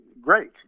great